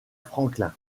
franklin